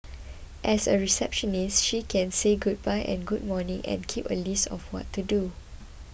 as a receptionist she can say goodbye and good morning and keep a list of what to do